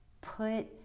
put